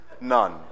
none